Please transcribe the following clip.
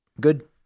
Good